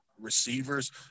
receivers